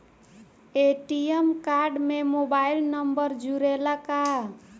ATM card में mobile number जुरेला का?